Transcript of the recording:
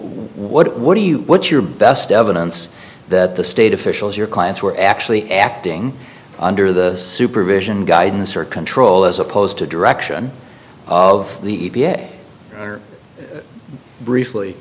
what what do you what's your best evidence that the state officials your clients were actually acting under the supervision guidance or control as opposed to direction of the e p a briefly